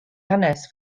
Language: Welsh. hanes